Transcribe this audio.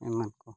ᱮᱢᱟᱱ ᱠᱚ